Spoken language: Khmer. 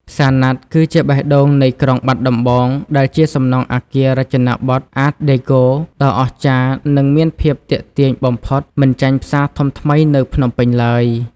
ផ្សារណាត់គឺជាបេះដូងនៃក្រុងបាត់ដំបង ដែលជាសំណង់អគាររចនាប័ទ្ម "Art Deco" ដ៏អស្ចារ្យ និងមានភាពទាក់ទាញបំផុតមិនចាញ់ផ្សារធំថ្មីនៅភ្នំពេញឡើយ។